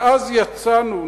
מאז יצאנו,